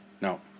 No